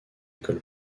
école